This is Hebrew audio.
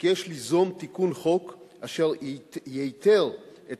וכי יש ליזום תיקון חוק אשר ייתר את